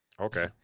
Okay